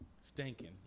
Stinking